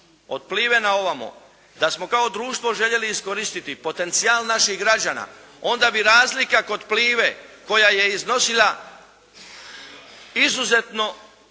od Pliva-e na ovamo da smo kao društvo željeli iskoristiti potencijal naših građana onda bi razlika kod Pliva-e koja je iznosila izuzetno